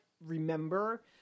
remember